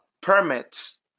permits